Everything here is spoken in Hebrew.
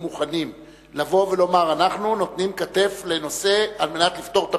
מוכנים לבוא ולומר: אנחנו נותנים כתף לנושא על מנת לפתור את